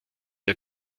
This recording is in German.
der